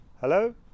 Hello